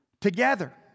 together